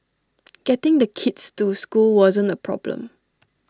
getting the kids to school wasn't A problem